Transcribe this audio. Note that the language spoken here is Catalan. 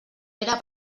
era